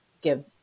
give